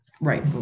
right